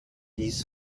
dies